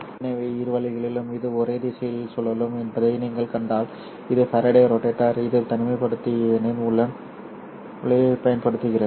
எனவே இரு வழிகளிலும் இது ஒரே திசையில் சுழலும் என்பதை நீங்கள் கண்டால் இது ஃபாரடே ரோட்டேட்டர் இது தனிமைப்படுத்தியின் உள்ளே பயன்படுத்தப்படுகிறது